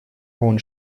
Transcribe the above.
hohen